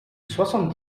soixante